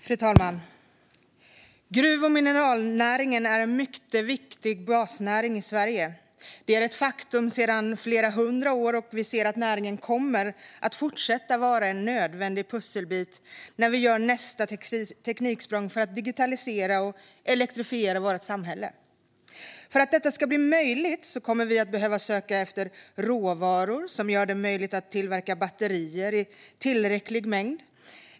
Fru talman! Gruv och mineralnäringen är en mycket viktig basnäring i Sverige. Det är ett faktum sedan flera hundra år tillbaka, och vi ser att näringen kommer att fortsätta vara en nödvändig pusselbit när vi gör nästa tekniksprång för att digitalisera och elektrifiera vårt samhälle. För att detta ska bli möjligt kommer vi att behöva söka efter råvaror som gör det möjligt att tillverka batterier i tillräcklig mängd.